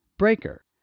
Breaker